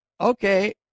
okay